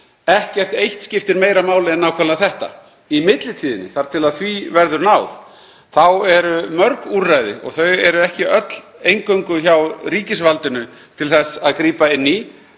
Ekkert eitt skiptir meira máli en nákvæmlega þetta. Í millitíðinni, þar til því verður náð, eru mörg úrræði og þau eru ekki öll eingöngu hjá ríkisvaldinu til að grípa inn í.